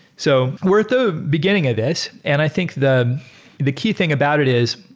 so we're at the beginning of this, and i think the the key thing about it is,